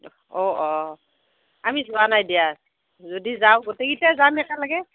অঁ অঁ আমি যোৱা নাই দিয়া যদি যাওঁ গোটেইকেইটা যাম একেলগে